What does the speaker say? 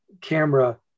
camera